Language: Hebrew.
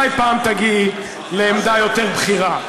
אולי פעם תגיעי לעמדה יותר בכירה,